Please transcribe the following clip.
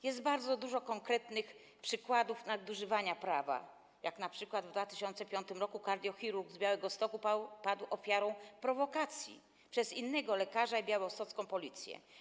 Jest bardzo dużo konkretnych przykładów nadużywania prawa, np. w 2005 r. kardiochirurg z Białegostoku padł ofiarą prowokacji dokonanej przez innego lekarza i białostocką policję.